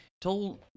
told